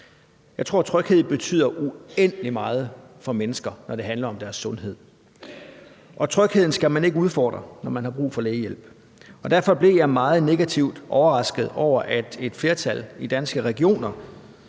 Jeg tror, at tryghed betyder uendelig meget for mennesker, når det handler om deres sundhed. Trygheden skal man ikke udfordre, når man har brug for lægehjælp, og derfor blev jeg meget negativt overrasket over, at et flertal i Danske Regioner